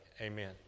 Amen